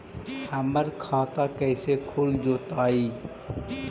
हमर खाता कैसे खुल जोताई?